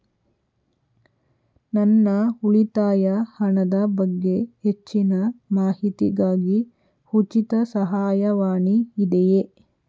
ನನ್ನ ಉಳಿತಾಯ ಹಣದ ಬಗ್ಗೆ ಹೆಚ್ಚಿನ ಮಾಹಿತಿಗಾಗಿ ಉಚಿತ ಸಹಾಯವಾಣಿ ಇದೆಯೇ?